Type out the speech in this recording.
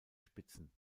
spitzen